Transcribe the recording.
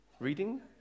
Reading